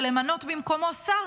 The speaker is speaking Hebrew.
ולמנות במקומו שר,